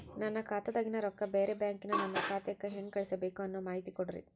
ನನ್ನ ಖಾತಾದಾಗಿನ ರೊಕ್ಕ ಬ್ಯಾರೆ ಬ್ಯಾಂಕಿನ ನನ್ನ ಖಾತೆಕ್ಕ ಹೆಂಗ್ ಕಳಸಬೇಕು ಅನ್ನೋ ಮಾಹಿತಿ ಕೊಡ್ರಿ?